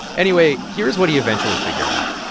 anyway, here's what he eventually figured out.